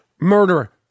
murderer